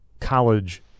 college